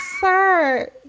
sir